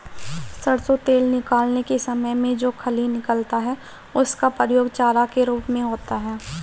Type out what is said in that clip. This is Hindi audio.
सरसों तेल निकालने के समय में जो खली निकलता है उसका प्रयोग चारा के रूप में होता है